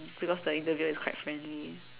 because the interviewer is quite friendly